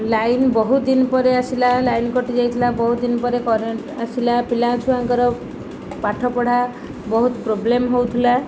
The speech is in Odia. ଲାଇନ୍ ବହୁତ ଦିନ ପରେ ଆସିଲା ଲାଇନ୍ କଟିଯାଇଥିଲା ବହୁତ ଦିନ ପରେ କରେଣ୍ଟ୍ ଆସିଲା ପିଲାଛୁଆଙ୍କର ପାଠପଢା ବହୁତ ପ୍ରୋବ୍ଲେମ୍ ହେଉଥିଲା